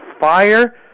fire